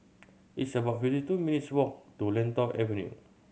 it's about fifty two minutes' walk to Lentor Avenue